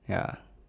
ya